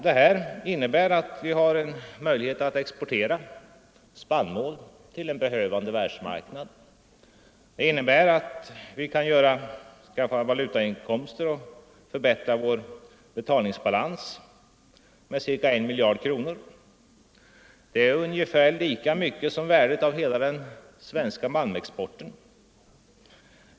Detta innebär att vi har en möjlighet att exportera spannmål till en behövande världsmarknad. Det innebär att vi kan skaffa valutainkomster och förbättra vår betalningsbalans med cirka 1 miljard kronor. Det är ungefär lika mycket som värdet av hela den svenska malmexporten.